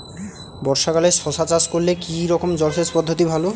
বর্ষাকালে শশা চাষ করলে কি রকম জলসেচ পদ্ধতি ভালো?